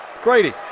Grady